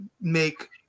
make